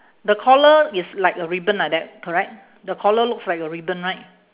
the collar is like a ribbon like that correct the collar looks like a ribbon right